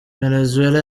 venezuela